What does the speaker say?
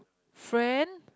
friend